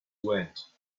wet